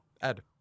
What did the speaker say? ed